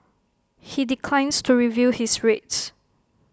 he declines to reveal his rates